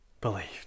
believed